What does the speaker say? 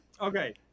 Okay